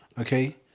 Okay